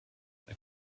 that